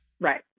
right